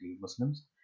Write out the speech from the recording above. muslims